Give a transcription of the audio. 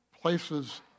places